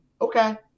okay